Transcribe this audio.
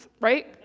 right